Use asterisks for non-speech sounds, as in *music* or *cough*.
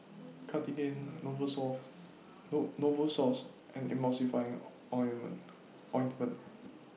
Cartigain *unintelligible* No Novosource and Emulsying *unintelligible* Ointment